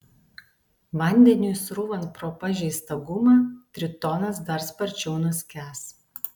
vandeniui srūvant pro pažeistą gumą tritonas dar sparčiau nuskęs